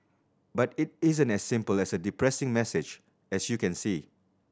but it isn't as simple as a depressing message as you can see